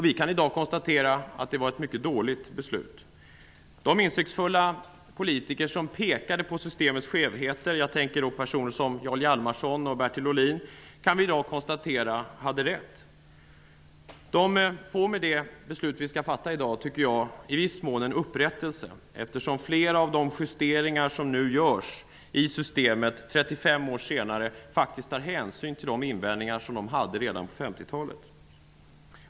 Vi kan i dag konstatera att det var ett mycket dåligt beslut. De insiktsfulla politiker som pekade på systemets skevheter -- jag tänker då på personer som Jarl Hjalmarson och Bertil Ohlin -- kan vi i dag konstatera hade rätt. De får med det beslut vi skall fatta i dag i viss mån upprättelse, eftersom flera av de justeringar som görs i systemet 35 år senare faktiskt tar hänsyn till de invändningar som de hade redan på 50-talet.